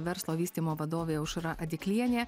verslo vystymo vadovė aušra adiklienė